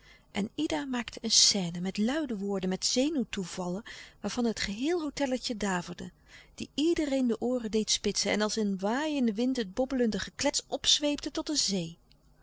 en ida maakte een scène met luide woorden met zenuwtoevallen waarvan het geheel hôtelletje daverde die iedereen de ooren deed spitsen en als een waaiende wind het bobbelende geklets opzweepte tot een zee